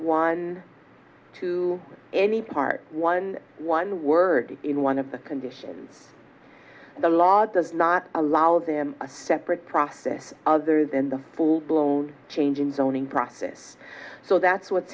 one to any part one one word in one of the conditions the law does not allow them a separate process other than the full blown change in zoning process so that's what's